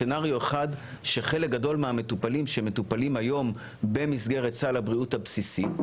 סנריו אחד שחלק גדול מהמטופלים שמטופלים היום במסגרת סל הבריאות הבסיסי,